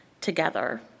together